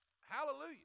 Hallelujah